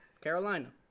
Carolina